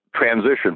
transition